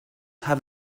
have